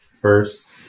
First